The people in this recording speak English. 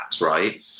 right